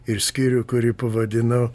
ir skyrių kurį pavadinau